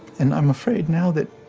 and i'm afraid now that